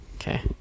Okay